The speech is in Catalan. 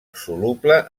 soluble